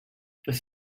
this